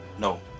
No